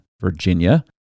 Virginia